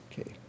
Okay